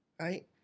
Right